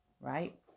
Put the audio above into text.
Right